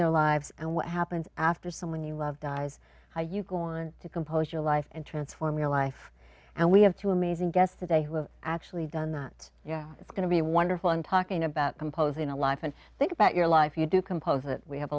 their lives and what happens after someone you love dies you go on to compose your life and transform your life and we have to amazing guests today who have actually done that yeah it's going to be wonderful i'm talking about composing a life and think about your life you do compose it we have